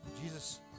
Jesus